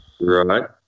Right